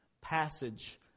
passage